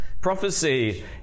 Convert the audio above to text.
Prophecy